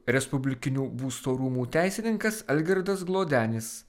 respublikinių būsto rūmų teisininkas algirdas glodenis